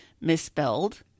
misspelled